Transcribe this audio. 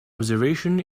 observation